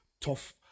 tough